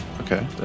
Okay